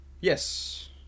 Yes